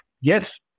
yes